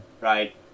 right